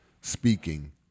speaking